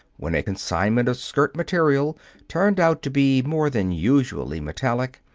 when a consignment of skirt-material turned out to be more than usually metallic,